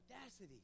audacity